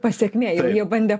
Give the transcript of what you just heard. pasekmė jau jie bandė